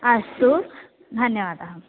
अस्तु धन्यवादः